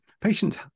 patients